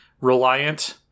reliant